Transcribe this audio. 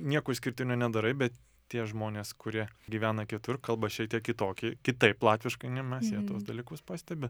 nieko išskirtinio nedarai bet tie žmonės kurie gyvena kitur kalba šiek tiek kitokį kitaip latviškai nei mes jie tuos dalykus pastebi